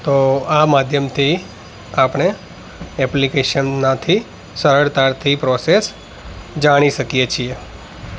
તો આ માધ્યમથી આપણે અપ્લિકેશનમાંથી સરળતાથી પ્રોસેસ જાણી શકીએ છીએ